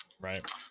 Right